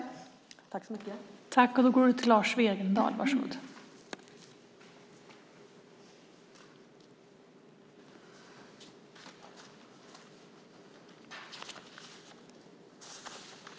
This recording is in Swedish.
Då Margareta Israelsson, som framställt interpellationen, anmält att hon var förhindrad att närvara vid sammanträdet medgav tredje vice talmannen att Lars Wegendal i stället fick delta i överläggningen.